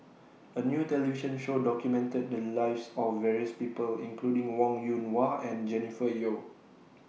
A New television Show documented The Lives of various People including Wong Yoon Wah and Jennifer Yeo